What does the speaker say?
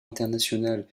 internationale